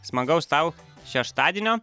smagaus tau šeštadienio